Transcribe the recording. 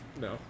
No